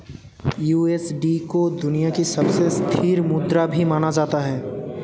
USD को दुनिया की सबसे स्थिर मुद्रा भी माना जाता है